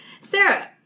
Sarah